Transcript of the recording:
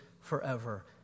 forever